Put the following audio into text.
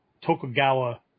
Tokugawa